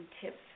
tips